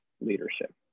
leadership